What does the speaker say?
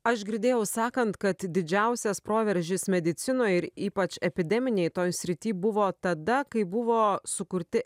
aš girdėjau sakant kad didžiausias proveržis medicinoj ir ypač epideminėj toj srity buvo tada kai buvo sukurti